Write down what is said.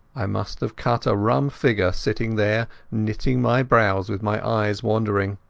i must have cut a rum figure, sitting there knitting my brows with my eyes wandering.